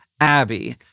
Abby